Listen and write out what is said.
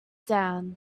down